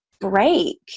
break